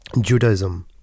Judaism